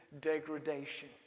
degradation